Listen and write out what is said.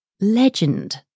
legend